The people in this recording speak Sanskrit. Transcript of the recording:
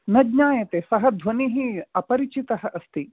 न ज्ञायते सः ध्वनिः अपरिचितः अस्ति